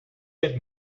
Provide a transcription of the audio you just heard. get